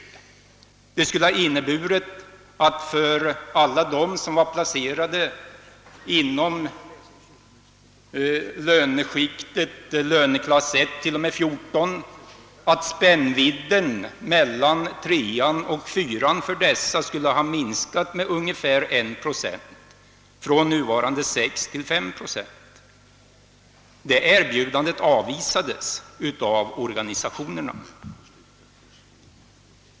Detta skulle ha inneburit att spännvidden mellan ortsgrupp 3 och ortsgrupp 4 för dem som är placerade inom löneskiktet från löneklass A1 t.o.m. löneklass A 14 skulle ha minskat med ungefär 1 procent, d. v. s. från nuvarande 6 till 5 procent. Detta erbjudande avvisades av löntagarorganisationerna.